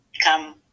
become